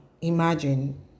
imagine